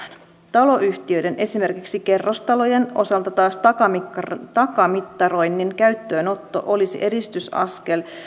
taloyhtiöiden esimerkiksi kerrostalojen osalta taas takamittaroinnin takamittaroinnin käyttöönotto olisi edistysaskel